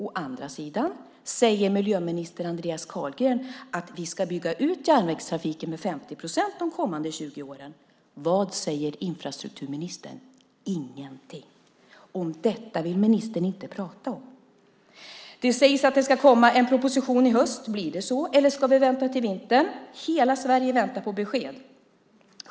Å andra sidan säger miljöminister Andreas Carlgren att vi ska bygga ut järnvägstrafiken med 50 procent de kommande 20 åren. Vad säger infrastrukturministern? Ingenting. Om detta vill ministern inte prata. Det sägs att det ska komma en proposition i höst. Blir det så, eller ska vi vänta till vintern? Hela Sverige väntar på besked.